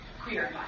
queer